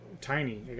tiny